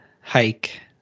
hike